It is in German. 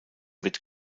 wird